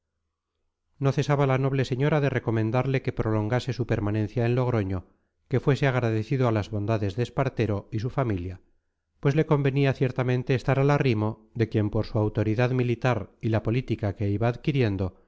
no cesaba la noble señora de recomendarle que prolongase su permanencia en logroño que fuese agradecido a las bondades de espartero y su familia pues le convenía ciertamente estar al arrimo de quien por su autoridad militar y la política que iba adquiriendo